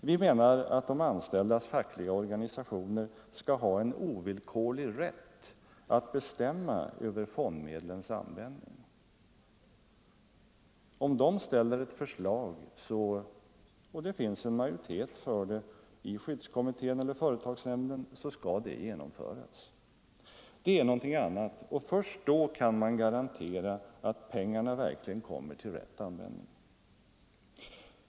Vi menar att de anställdas fackliga organisationer skall ha en ovillkorlig rätt att bestämma över fondmedlens användning. Om de väcker ett förslag och det finns en majoritet för det i skyddskommittén eller företagsnämnden, så skall det genomföras. Detta är någonting annat, och först då kan man garantera att pengarna verkligen kommer till rätt användning.